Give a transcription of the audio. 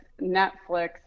Netflix